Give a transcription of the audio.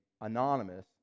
anonymous